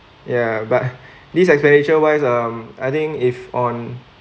ya but this expenditure wise um I think if on